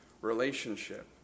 relationship